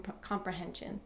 comprehension